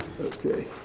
okay